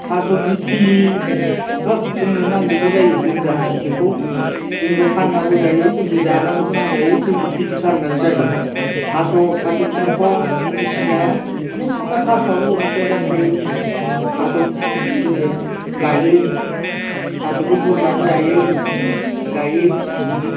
थास' बिखिलि सोब जोंनो नांजोबगौ जायो जों जा बेखौ जोंबो फाननांगौ जायो जोंबो जानांगौ गोनां जायो जोंबो खिथि खालामनांगौ जायो थास' थास' दुनाखं बायदिसिना अनेखथा थास'आबो अनेखथा जाथ थायो थास' जोङो गायो थास'खौ बुरनानै जायो गायो बिदिनो